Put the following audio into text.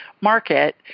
market